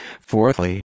Fourthly